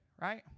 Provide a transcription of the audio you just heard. right